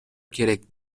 керек